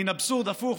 מין אבסורד הפוך.